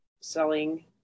selling